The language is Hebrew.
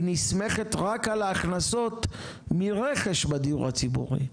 היא נסמכת רק על ההכנסות מרכש בדיור הציבורי,